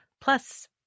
Plus